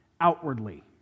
outwardly